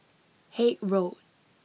Haig Road